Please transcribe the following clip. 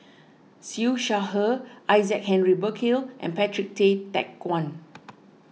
Siew Shaw Her Isaac Henry Burkill and Patrick Tay Teck Guan